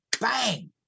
bang